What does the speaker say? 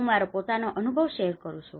હું મારો પોતાનો અનુભવ શેર કરવા માંગું છું